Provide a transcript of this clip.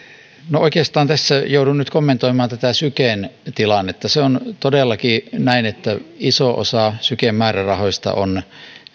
no oikeastaan joudun nyt kommentoimaan tätä syken tilannetta on todellakin näin että iso osa syken määrärahoista on